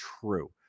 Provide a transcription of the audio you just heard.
true